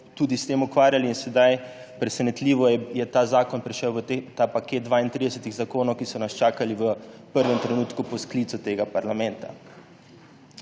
tudi s tem ukvarjali. Sedaj je presenetljivo ta zakon prišel v ta paket 32 zakonov, ki so nas čakali v prvem trenutku po sklicu tega parlamenta.